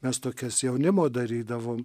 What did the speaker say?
mes tokias jaunimo darydavom